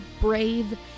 brave